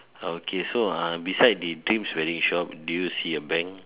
okay so ah beside the twins very shop do you see a bank